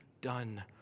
done